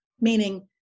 meaning